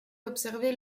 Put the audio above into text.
observé